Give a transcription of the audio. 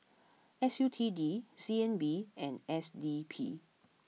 S U T D C N B and S D P